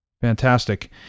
Fantastic